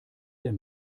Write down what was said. der